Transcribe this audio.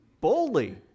boldly